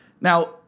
Now